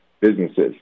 businesses